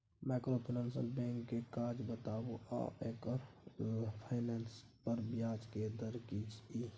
Microfinance bank के काज बताबू आ एकर फाइनेंस पर ब्याज के दर की इ?